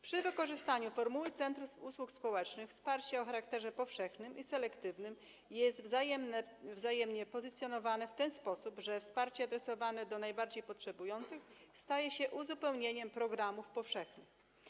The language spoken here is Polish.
Przy wykorzystaniu formuły centrum usług społecznych wsparcie o charakterze powszechnym i selektywnym jest wzajemnie pozycjonowane w ten sposób, że wsparcie adresowane do najbardziej potrzebujących staje się uzupełnieniem programów powszechnych.